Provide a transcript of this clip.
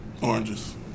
Oranges